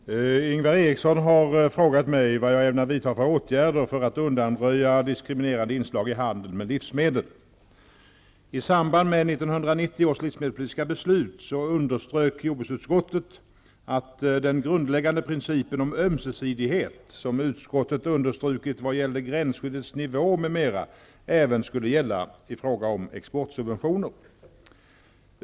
Herr talman! Ingvar Eriksson har frågat mig vad jag ämnar vidta för åtgärder för att undanröja diskriminerande inslag i handeln med livsmedel. I samband med 1990 års livsmedelpolitiska beslut underströk jordbruksutskottet att den grundläggande principen om ömsesidighet som utskottet understrukit vad gällde gränsskyddets nivå m.m. även skulle gälla i fråga om exportsubventioner.